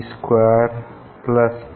हम 9 th fringe पर जाएंगे और रीडिंग लेंगे